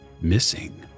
missing